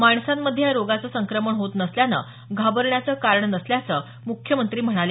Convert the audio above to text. माणसांमध्ये या रोगाचं संक्रमण होत नसल्याने घाबरण्याचं कारण नसल्याचं मुख्यमंत्री म्हणाले